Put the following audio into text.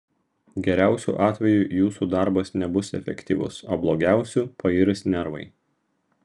geriausiu atveju jūsų darbas nebus efektyvus o blogiausiu pairs nervai